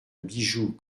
bijou